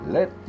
Let